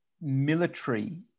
military